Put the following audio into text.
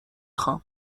خوام